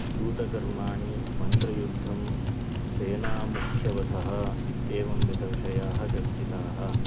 दूतकर्माणि मन्त्रयुद्धं सेनामुख्यवधः इत्येवं विधविषयाः चर्चिताः